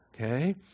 Okay